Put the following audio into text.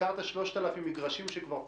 הזכרת 3,000 מגרשים שכבר פותחו.